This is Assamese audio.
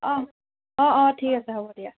অ' অ' অ' ঠিক আছে হ'ব দিয়া